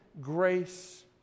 grace